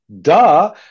duh